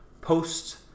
post